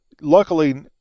luckily